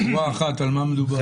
שורה אחת על מה מדובר.